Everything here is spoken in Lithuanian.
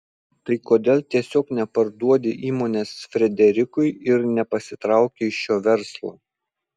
tai kodėl tiesiog neparduodi įmonės frederikui ir nepasitrauki iš šio verslo